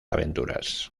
aventuras